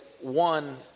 one